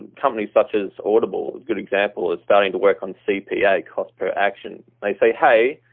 companies such as audible, is good example, it's starting to work on cpa, cost per action. they say, hey,